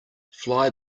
fly